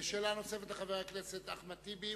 שאלה נוספת לחבר הכנסת אחמד טיבי,